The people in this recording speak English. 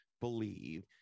believe